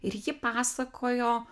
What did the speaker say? ir ji pasakojo